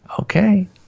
okay